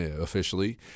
officially